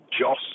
Joss